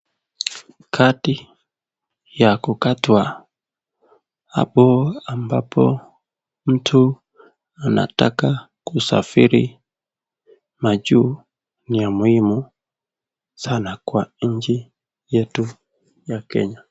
Kadi ya kukatwa hapo ambapo mtu anataka kusafiri majuu ni ya muhimu sana kwa nchi yetu ya Kenya.